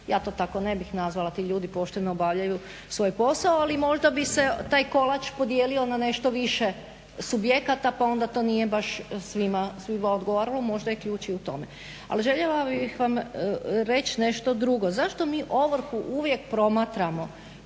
ja to ne bih nazvala ti ljudi pošteno obavljaju svoj posao ali možda bi se taj kolač podijelio na nešto više subjekata pa onda to nije baš svima odgovaralo možda je ključ i u tome. Ali željela bih vam reći nešto drugo. Zašto mi ovrhu uvijek promatramo